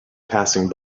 passing